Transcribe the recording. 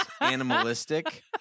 animalistic